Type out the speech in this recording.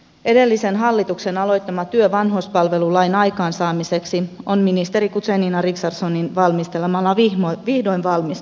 edellisen hallituksen aloittama työ vanhuspalvelulain aikaansaamiseksi on ministeri guzenina richardsonin valmistelemana vihdoin valmistumassa